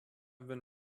been